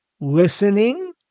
listening